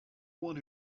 one